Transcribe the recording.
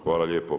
Hvala lijepo.